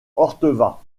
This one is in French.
orteva